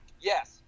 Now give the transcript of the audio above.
Yes